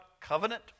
covenant